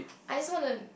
I just want to